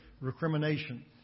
recrimination